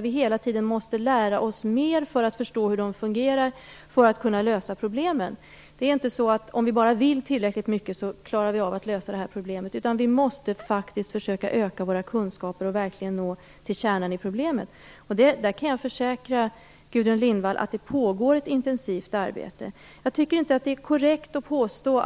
Vi måste hela tiden lära oss mer för att förstå hur de fungerar och för att kunna lösa problemen. Det är inte så att om vi bara vill tillräckligt mycket så klarar vi av att lösa det här problemet, utan vi måste faktiskt försöka öka våra kunskaper och verkligen nå till kärnan i problemet. Där kan jag försäkra Gudrun Lindvall att det pågår ett intensivt arbete. Jag tycker inte att det är korrekt att påstå